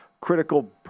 critical